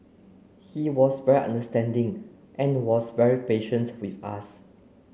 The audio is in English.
he was very understanding and was very patient with us